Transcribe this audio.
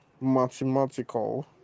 mathematical